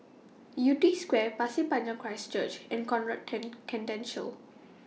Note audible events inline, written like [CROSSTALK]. Yew Tee Square Pasir Panjang Christ Church and Conrad [UNINTELLIGIBLE] Centennial